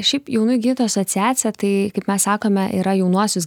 šiaip jaunųjų gydytojų asociacija tai kaip mes sakome yra jaunuosius